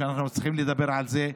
ואנחנו צריכים לדבר על זה,